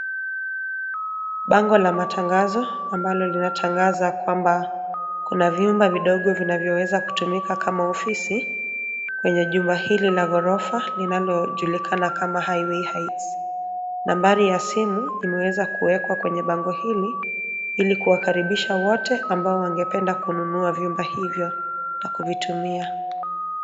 Bango la matangazo ambalo linatangaza kwamba kuna vyumba vidogo vinavyoweza kutumika kama ofisi kwenye jumba hili la ghorofa linalojulikana kama highway heights. Nambari ya simu imeweza kuwekwa kwenye bango ili kuwakaribisha wote ambao wangetaka kununua vyumba hivyo na kuvitumia.